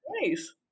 Nice